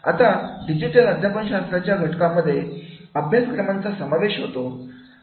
आता डिजिटल अध्यापन शास्त्राच्या घटकांमध्ये अभ्यासक्रमाचा समावेश असतो